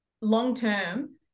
long-term